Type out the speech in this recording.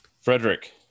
Frederick